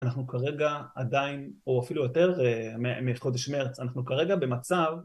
אנחנו כרגע עדיין, או אפילו יותר מחודש מרץ, אנחנו כרגע במצב